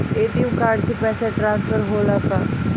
ATM card से पैसा transfer होला का?